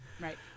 Right